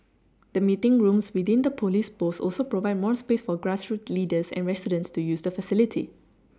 the meeting rooms within the police post also provide more space for grassroots leaders and residents to use the facilities